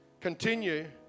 continue